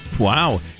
Wow